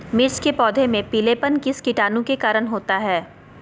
मिर्च के पौधे में पिलेपन किस कीटाणु के कारण होता है?